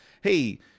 hey